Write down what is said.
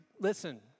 listen